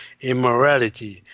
immorality